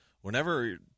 Whenever